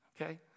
okay